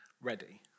ready